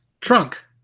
trunk